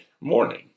morning